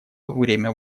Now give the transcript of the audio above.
время